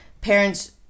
parents